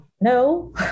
No